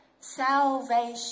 salvation